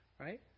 Right